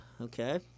Okay